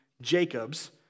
Jacob's